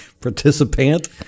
Participant